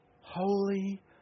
holy